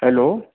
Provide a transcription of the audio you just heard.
hello